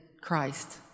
Christ